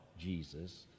Jesus